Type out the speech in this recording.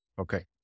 Okay